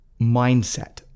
mindset